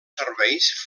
serveis